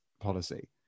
policy